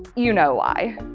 you know why.